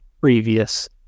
previous